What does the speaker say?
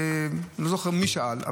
לא זוכר מי שאל,